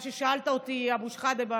זה מה ששאלת אותי במסדרון,